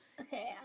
Okay